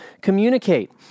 communicate